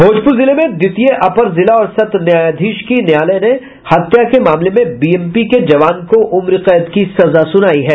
भोजपुर जिले में द्वितीय अपर जिला और सत्र न्यायाधीश के न्यायालय ने हत्या के मामले में बीएमपी के जवान को उम्र कैद की सजा सुनायी है